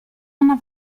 una